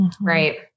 Right